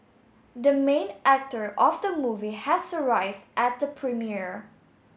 the main actor of the movie has arrive at the premiere